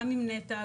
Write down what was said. גם עם נת"ע,